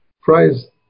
prize